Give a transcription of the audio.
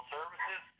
Services